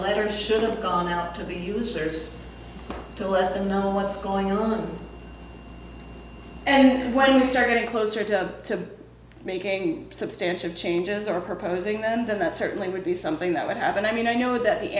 letter should've gone out to the users to let them know what's going on and when they started closer to making substantial changes are proposing and then that certainly would be something that would happen i mean i know that the